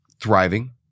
thriving